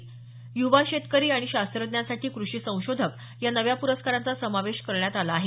युवा शेतकरी आणि शास्त्रज्ञांसाठी कृषी संशोधक या नव्या प्रस्कारांचा समावेश करण्यात आला आहे